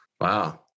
Wow